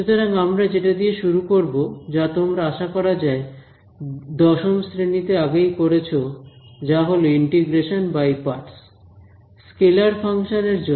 সুতরাং আমরা যেটা দিয়ে শুরু করব যা তোমরা আশা করা যায় দশম শ্রেণীতে আগেই করেছো যা হলো integration by parts scalar function এর জন্য